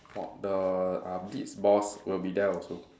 oh the uh beats boss will be there also